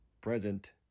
Present